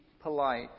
polite